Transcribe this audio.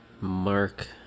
Mark